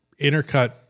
intercut-